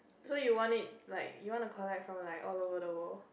so you want it like you want to collect from like all over the world